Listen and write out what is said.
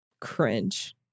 Cringe